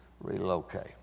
relocate